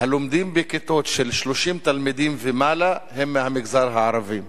הלומדים בכיתות של 30 תלמידים ומעלה הם מהמגזר הערבי.